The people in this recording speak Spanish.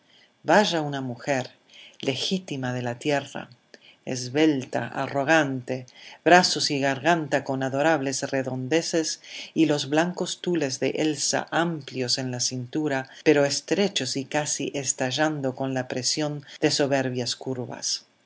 vaya una mujer legítima de la tierra esbelta arrogante brazos y garganta con adorables redondeces y los blancos tules de elsa amplios en la cintura pero estrechos y casi estallando con la presión de soberbias curvas